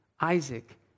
Isaac